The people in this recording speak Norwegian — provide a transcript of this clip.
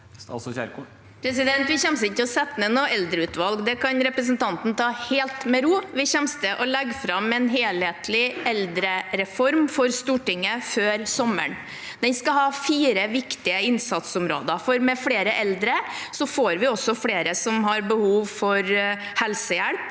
Vi kommer ikke til å sette ned noe eldreutvalg. Det kan representanten ta helt med ro. Vi kommer til å legge fram en helhetlig eldrereform for Stortinget før sommeren. Den skal ha fire viktige innsatsområder. Med flere eldre får vi også flere som har behov for helsehjelp